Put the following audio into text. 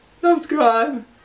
Subscribe